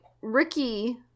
ricky